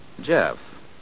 Jeff